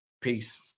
Peace